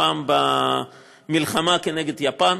הפעם במלחמה כנגד יפן.